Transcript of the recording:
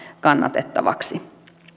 kannatettavaksi